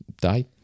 die